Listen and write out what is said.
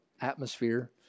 atmosphere